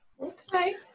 Okay